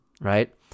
right